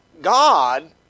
God